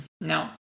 No